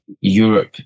Europe